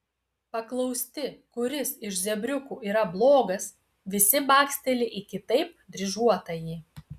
paklausti kuris iš zebriukų yra blogas visi baksteli į kitaip dryžuotąjį